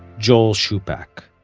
joel shupack.